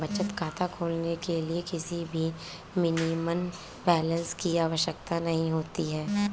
बचत खाता खोलने के लिए किसी भी मिनिमम बैलेंस की आवश्यकता नहीं होती है